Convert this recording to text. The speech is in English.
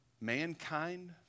mankind